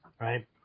right